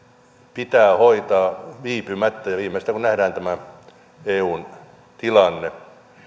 pitää hoitaa viipymättä ja viimeistään kun nähdään tämä eun tilanne